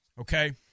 Okay